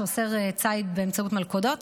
שאוסר ציד באמצעות מלכודות,